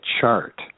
chart